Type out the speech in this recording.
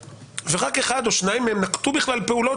ורק אחד או שניים מהם נקטו בכלל פעולות